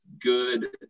good